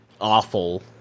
awful